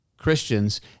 Christians